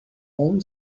own